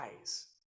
eyes